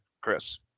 chris